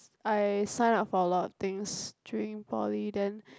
I sign up for a lot of things during poly then